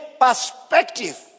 perspective